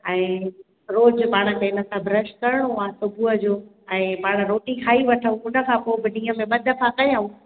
ऐं रोज पाण खे हिन सां ब्रश करणो आहे सुबुह जो ऐं पाण रोटी खाई वठूं उन खां पोइ ॾींहं में ॿ दफ़ा कयूं